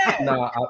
No